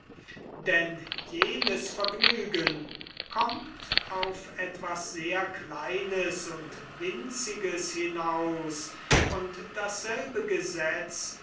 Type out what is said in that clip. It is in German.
denn jenes vergnügen kommt auf etwas sehr kleines und winziges hinaus und dasselbe gesetz